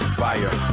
fire